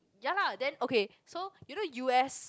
ya lah then okay so you know U_S